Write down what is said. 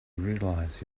realize